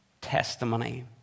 testimony